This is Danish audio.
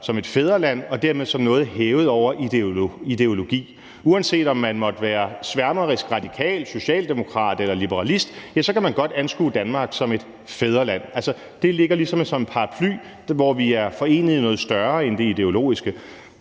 som et fædreland og dermed som noget hævet over ideologi. Uanset om man måtte være sværmerisk radikal, socialdemokrat eller liberalist, kan man godt anskue Danmark som et fædreland. Altså, det ligger ligesom som en paraply, hvor vi er forenet i noget større end det ideologiske.